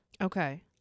Okay